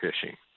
fishing